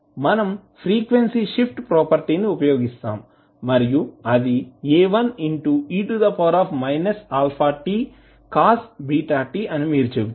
మనం frequency shift ప్రాపర్టీని ఉపయోగిస్తాము మరియు అది A1e αtcos βt అని మీరు చెబుతారు